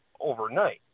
overnight